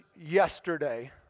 yesterday